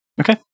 okay